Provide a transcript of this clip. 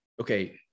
Okay